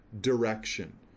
direction